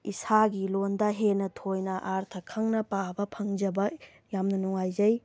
ꯏꯁꯥꯒꯤ ꯂꯣꯟꯗ ꯍꯦꯟꯅ ꯊꯣꯏꯅ ꯑꯥꯔꯊ ꯈꯪꯅ ꯄꯥꯖꯕ ꯐꯪꯖꯕ ꯌꯥꯝꯅ ꯅꯨꯉꯥꯏꯖꯩ